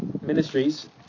Ministries